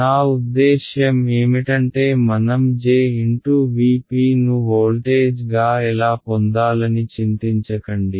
నా ఉద్దేశ్యం ఏమిటంటే మనం j × V p ను వోల్టేజ్గా ఎలా పొందాలని చింతించకండి